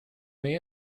may